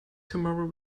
tomorrow